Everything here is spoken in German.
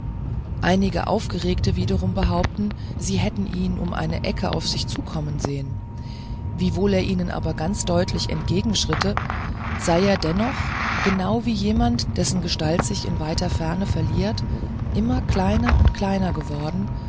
einige aufgeregte wiederum behaupten sie hätten ihn um eine ecke auf sich zukommen sehen wiewohl er ihnen aber ganz deutlich entgegengeschritten sei er dennoch genau wie jemand dessen gestalt sich in weiter ferne verliert immer kleiner und kleiner geworden